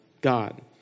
God